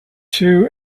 two